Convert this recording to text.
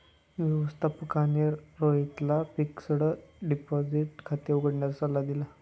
व्यवस्थापकाने रोहितला fixed deposit खाते उघडण्याचा सल्ला दिला